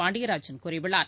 பாண்டியராஜன் கூறியுள்ளார்